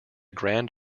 grand